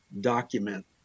document